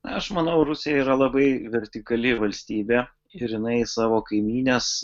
aš manau rusija yra labai vertikali valstybė ir jinai savo kaimynes